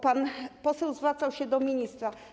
Pan poseł zwracał się do ministra.